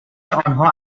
انها